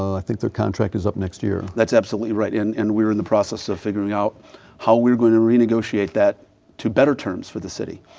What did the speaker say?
i think the contract is up next year. that's absolutely right. and we are in the process of figuring out how we are going to renegotiate that to better terms for the city.